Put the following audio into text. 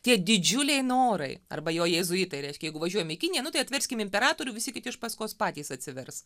tie didžiuliai norai arba jo jėzuitai reiškia jeigu važiuojam į kiniją nu tai atverskim imperatorių visi kiti iš paskos patys atsivers